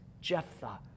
Jephthah